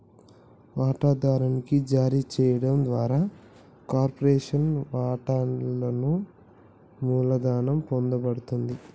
వాటాదారునికి జారీ చేయడం ద్వారా కార్పొరేషన్లోని వాటాలను మూలధనం పొందబడతది